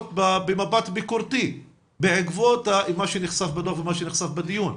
במבט ביקורתי בעקבות מה שנחשף בדוח ומה שנחשף בדיון,